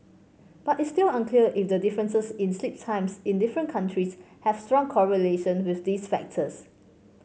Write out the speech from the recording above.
but it's still unclear if the differences in sleep times in different countries have strong correlation with these factors